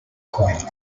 coined